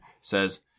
says